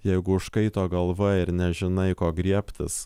jeigu užkaito galva ir nežinai ko griebtis